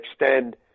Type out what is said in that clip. extend